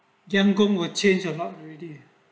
yam goong will change a lot already